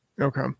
Okay